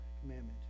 commandment